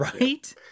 Right